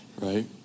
Right